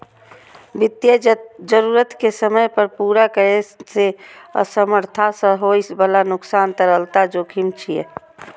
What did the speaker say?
वित्तीय जरूरत कें समय पर पूरा करै मे असमर्थता सं होइ बला नुकसान तरलता जोखिम छियै